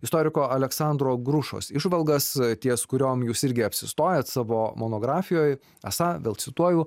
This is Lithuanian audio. istoriko aleksandro grušos įžvalgas ties kuriom jūs irgi apsistojat savo monografijoj esą vėl cituoju